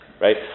right